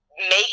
make